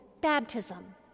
baptism